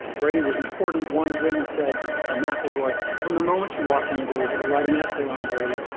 brady was important. one witness said ah mcelroy from the moment you walked in the door, you had to write an essay on brady.